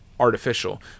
artificial